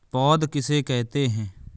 पौध किसे कहते हैं?